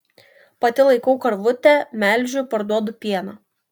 pati laikau karvutę melžiu parduodu pieną